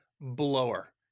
blower